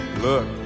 Look